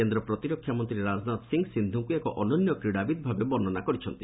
କେନ୍ଦ୍ର ପ୍ରତିରକ୍ଷା ମନ୍ତ୍ରୀ ରାଜନାଥ ସିଂହ ସିନ୍ଧୁଙ୍କୁ ଏକ ଅନନ୍ୟ କ୍ରୀଡ଼ାବିତ୍ ଭାବେ ବର୍ଷନା କରିଛନ୍ତି